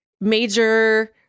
major